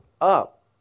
up